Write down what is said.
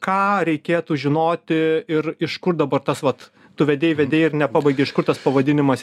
ką reikėtų žinoti ir iš kur dabar tas vat tu vedei vedei ir nepabaigei iš kur tas pavadinimas